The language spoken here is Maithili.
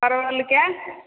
परवलके